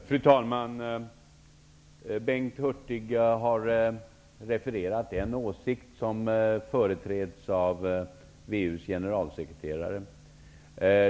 Fru talman! Bengt Hurtig har refererat en åsikt som företräds av WEU:s generalsekreterare.